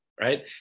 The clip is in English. right